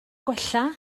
gwella